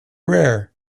rare